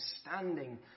standing